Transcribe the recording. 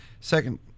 Second